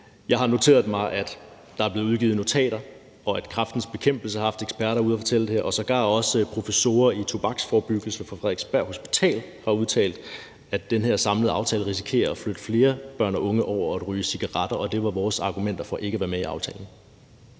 Jeg har noteret mig, at der er blevet udgivet notater, og at Kræftens Bekæmpelse har haft eksperter ude at fortælle det, og sågar også professorer i tobaksforebyggelse fra Frederiksberg Hospital har udtalt, at den her samlede aftale risikerer at flytte flere børn og unge over i at ryge cigaretter, og det var vores argument for ikke at være med i aftalen.